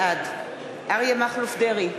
בעד אריה מכלוף דרעי,